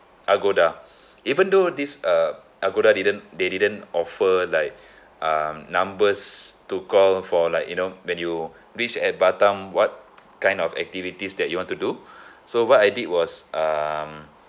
agoda even though this uh agoda didn't they didn't offer like uh numbers to call for like you know when you reach at batam what kind of activities that you want to do so what I did was um